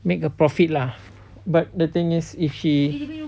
make a profit lah but the thing is if she